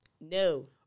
No